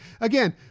Again